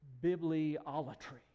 bibliolatry